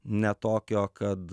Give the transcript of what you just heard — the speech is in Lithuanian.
ne tokio kad